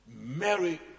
Mary